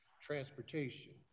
transportation